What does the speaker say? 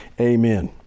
Amen